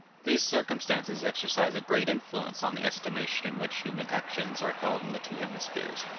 these circumstances exercise a great influence on the estimation in which human actions are held in the two hemispheres.